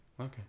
okay